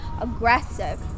aggressive